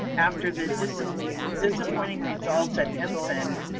after the disappointing result at ensign,